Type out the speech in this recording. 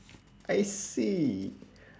I see